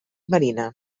marina